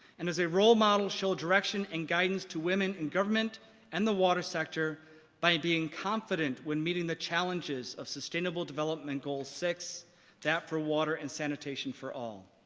and, as a role model, show direction and guidance to women in government and the water sector by being confident when meeting the challenges of sustainable development goal six that for water and sanitation for all.